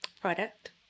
product